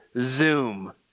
Zoom